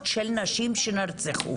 הצהרה,